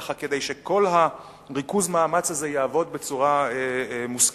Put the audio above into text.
ככה כדי שכל ריכוז המאמץ הזה יעבוד בצורה מושכלת,